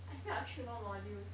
I felt three more modules